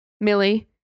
Millie